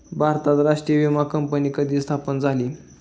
भारतात राष्ट्रीय विमा कंपनी कधी स्थापन झाली?